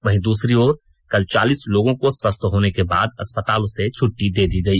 वहीं दूसरी ओर कल चालीस लोगों को स्वस्थ होने के बाद अस्पतालों से छुट्टडी दे दी गई